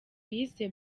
yise